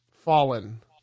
fallen